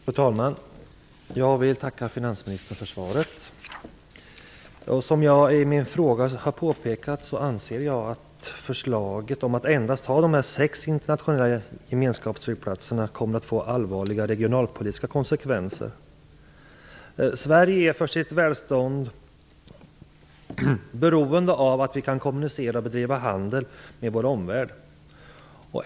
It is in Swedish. Fru talman! Jag vill tacka finansministern för svaret. Som jag i min fråga har påpekat anser jag att förslaget om att endast ha sex internationella gemenskapsflygplatser kommer att få allvarliga regionalpolitiska konsekvenser. Sverige är för sitt välstånd beroende av att vi kan kommunicera och bedriva handel med vår omvärld.